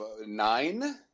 nine